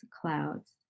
clouds